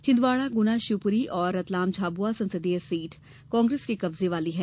छिंदवाड़ा गुना शिवपूरी और रतलाम झाबुआ संसदीय सीट कांग्रेस के कब्जे वाली हैं